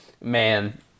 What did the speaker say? man